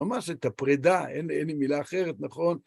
ממש את הפרידה, אין לי מילה אחרת, נכון?